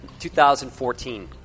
2014